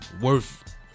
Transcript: worth